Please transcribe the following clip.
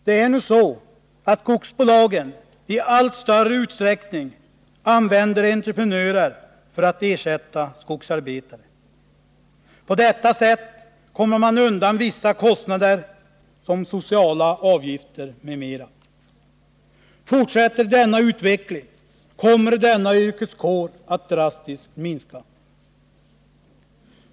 Det är nu så, att skogsbolagen i allt större utsträckning använder entreprenörer för att ersätta skogsarbetare. På detta sätt kommer man undan vissa kostnader, t.ex. sociala avgifter. Fortsätter denna utveckling kommer den här yrkeskåren att minska drastiskt.